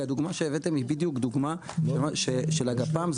כי הדוגמא שהבאתם היא בדיוק דוגמא של הגפ"מ,